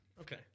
Okay